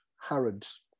Harrods